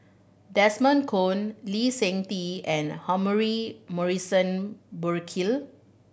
Desmond Kon Lee Seng Tee and Humphrey Morrison Burkill